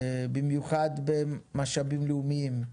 במיוחד בין מה משאבים לאומיים,